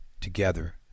together